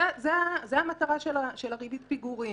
זו המטרה של ריבית הפיגורים,